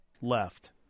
left